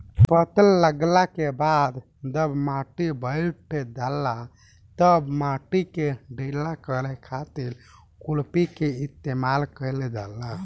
फसल के लागला के बाद जब माटी बईठ जाला तब माटी के ढीला करे खातिर खुरपी के इस्तेमाल कईल जाला